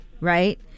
right